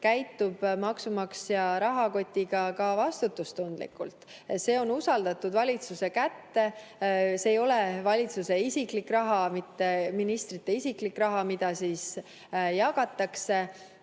käitub maksumaksja rahakotiga vastutustundlikult. See on usaldatud valitsuse kätte, see ei ole valitsuse isiklik raha, ministrite isiklik raha, mida jagatakse